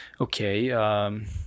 okay